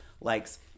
likes